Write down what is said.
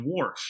dwarf